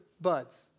Bud's